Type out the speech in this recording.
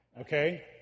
Okay